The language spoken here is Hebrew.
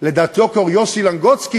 לדעת ד"ר יוסי לנגוצקי,